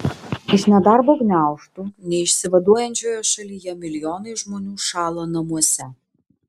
iš nedarbo gniaužtų neišsivaduojančioje šalyje milijonai žmonių šąla namuose